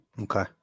Okay